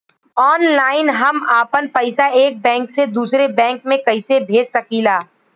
Online हम आपन पैसा एक बैंक से दूसरे बैंक में कईसे भेज सकीला?